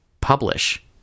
publish